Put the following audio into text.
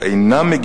תאמין לי,